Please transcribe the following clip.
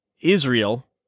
Israel